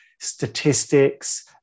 Statistics